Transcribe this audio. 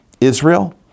Israel